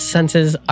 Senses